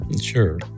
Sure